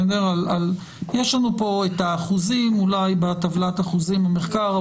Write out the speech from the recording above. יש לנו פה את האחוזים בטבלת האחוזים במחקר.